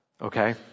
Okay